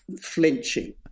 flinching